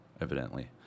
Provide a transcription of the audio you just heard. evidently